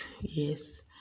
yes